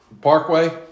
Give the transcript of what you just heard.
Parkway